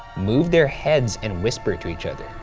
move their heads and whisper to each other,